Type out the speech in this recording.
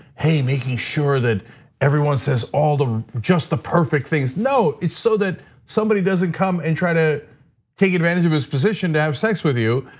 hey, making sure that everyone says all the, just the perfect things. no, it's so that somebody doesn't come and try to take advantage of his position to have sex with you,